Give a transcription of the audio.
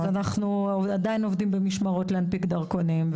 אז אנחנו עדיין עובדים במשמרות להנפיק דרכונים.